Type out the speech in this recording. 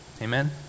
amen